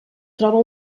troba